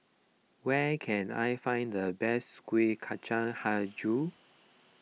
where can I find the best Kuih Kacang HiJau